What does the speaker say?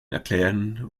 erklären